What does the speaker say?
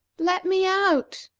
let me out!